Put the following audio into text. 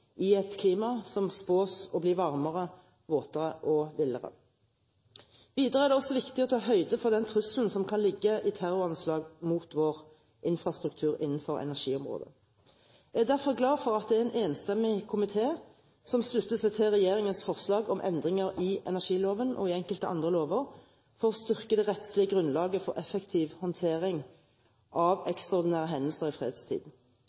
i et klima som spås å bli varmere, våtere og villere. Videre er det også viktig å ta høyde for den trusselen som kan ligge i terroranslag mot vår infrastruktur innenfor energiområdet. Jeg er derfor glad for at det er en enstemmig komité som slutter seg til regjeringens forslag om endringer i energiloven og i enkelte andre lover for å styrke det rettslige grunnlaget for effektiv håndtering av ekstraordinære hendelser i fredstid.